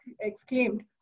exclaimed